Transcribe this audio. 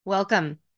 Welcome